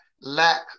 lack